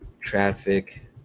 traffic